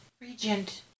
regent